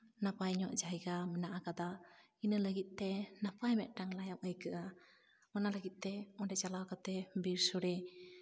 ᱱᱟᱯᱟᱭ ᱧᱚᱜ ᱡᱟᱭᱜᱟ ᱢᱮᱱᱟᱜ ᱟᱠᱟᱫᱟ ᱚᱱᱟᱹ ᱞᱟᱹᱜᱤᱫᱛᱮ ᱱᱟᱯᱟᱭ ᱢᱤᱫᱴᱟᱱ ᱞᱟᱭᱚᱝ ᱟᱹᱭᱠᱟᱹᱜᱼᱟ ᱚᱱᱟ ᱞᱟᱹᱜᱤᱫ ᱛᱮ ᱚᱸᱰᱮ ᱪᱟᱞᱟᱣ ᱠᱟᱛᱮᱜ ᱵᱤᱨ ᱥᱳᱲᱮ